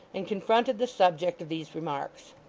and confronted the subject of these remarks.